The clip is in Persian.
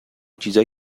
چیزای